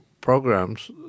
programs